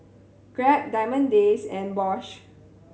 Grab Diamond Days and Bosch